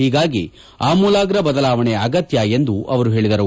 ಹೀಗಾಗಿ ಅಮೂಲಾಗ್ರ ಬದಲಾವಣೆ ಅಗತ್ಯ ಎಂದು ಅವರು ಹೇಳಿದರು